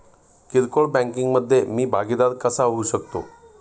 किरकोळ बँकिंग मधे मी भागीदार कसा होऊ शकतो?